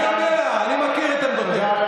אני יודע, אני מכיר את עמדותיך.